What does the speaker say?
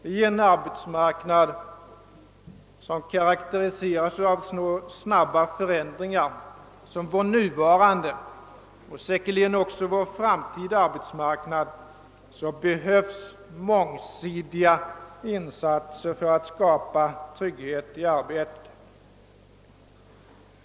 I en arbetsmarknad som karakteriseras av så snabba förändringar som vår nuvarande och säkerligen också vår framtida arbetsmarknad behövs mångsidiga insatser som kan skapa trygghet i arbetet.